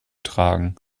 tragen